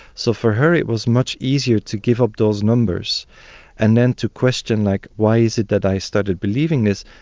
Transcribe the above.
so for her it was much easier to give up those numbers and then to question like why is it that i started believing this.